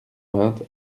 vingt